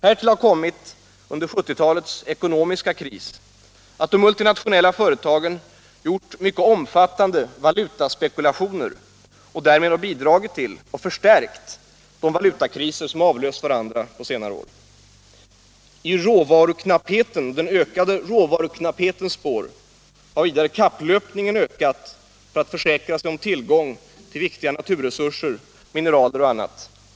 Härtill har kommit — under 1970-talets ekonomiska kris — att de multinationella företagen gjort mycket omfattande valutaspekulationer och därmed bidragit till och förstärkt de valutakriser som avlöst varandra på senare år. I den ökade råvaruknapphetens spår har vidare kapplöpningen ökat för att försäkra sig om tillgång till viktiga naturresurser, mineraler och annat.